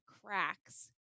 cracks